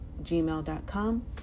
gmail.com